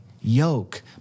yoke